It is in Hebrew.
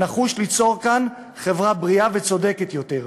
הנחוש ליצור כאן חברה בריאה וצודקת יותר.